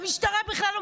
המשטרה בכלל לא